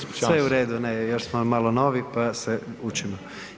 sve je u redu, ne još smo malo novi, pa se učimo.